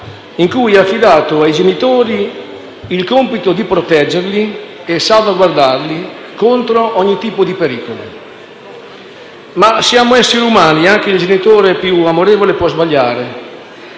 in cui è affidato ai genitori il compito di proteggerli e salvaguardarli contro ogni tipo di pericolo. Ma siamo esseri umani e anche il genitore più amorevole può sbagliare